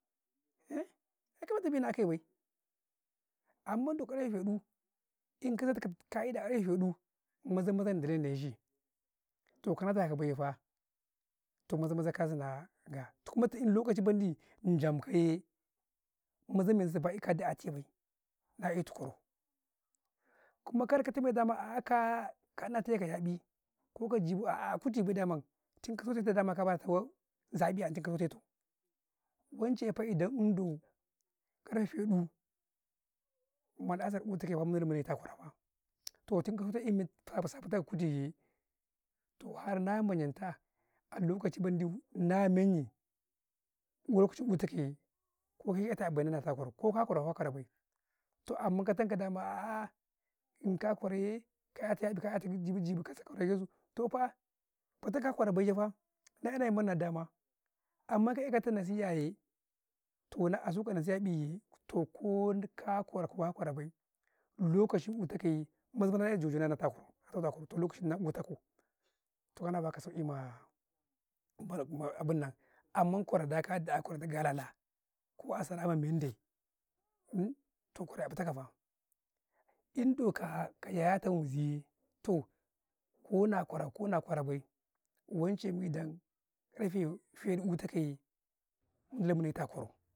ka kalanti mi ma akai bay, amman daka ǩarfe fedu, inka zantuka ka'ida ǩarfe fedu maza-maza Nnadala na ne ci, toh ka wata ka bay yee fa, toh ka wata ka bay yee fa, toh maza-maza ka zina gafaa, toh kumatu in lokaci benijam ka yee, mazan mai zaba cika a ci rai, na e tu kwarau, kuma kar kata mai da, ka ina tai ka ya ნi, ko ka jabau a'ah kutu, bai daman, wance fa idon ǩarfe fedu mala'asar eh tuk-kayya ci retu kwara faa kutu yee, toh har na manyan ta a lokaci mendi na tau tu a kwarau, ko ka kwarau ko ka kware bay, toh amman katan kau, dama a'aah in ka kwarau yee, ka 'yata ya ნi ka 'yatau ji bau toh, fa fatta ka kwarau bay, yee faa, na ina men men di, 'yaka dama, amman ka eh kata nasiyya yee, toh na asu ka nasi'a'i, toh ko ka kwarau, ko ka kwarau bay, lokaci yu ta kaye, maza- maza naye jo-jo ita kau a kwarau, na tama ye, Nnau lokaci nau ita kau, toh ma waka sauki ma abun nan, abunnan amman kwarau, da kada yan ti kau galalah, ko a sara ma men day toh kwarau ya ნika faa, indo ka yayata mizi bay, to ko na kwarau ko na kwarau bay, wan cai idan ǩarfe fedu yata ka yee, na meltai a kwarau.